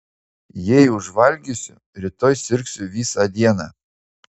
jei užvalgysiu rytoj sirgsiu visą dieną